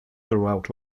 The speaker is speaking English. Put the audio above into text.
throughout